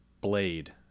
Blade